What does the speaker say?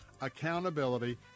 accountability